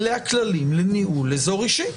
אלה הכללים לניהול אזור אישי.